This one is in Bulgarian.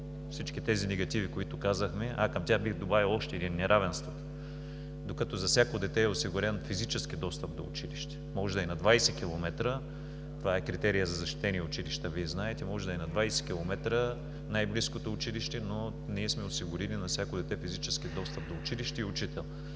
всички тези негативи, които казахме, бих добавил и още един – неравенството. Докато за всяко дете е осигурен физически достъп до училище, може да е на 20 км, това е критерият за защитени училища, Вие знаете, може да е на 20 км най-близкото училище, но ние сме осигурили на всяко дете физически достъп до училище и учител,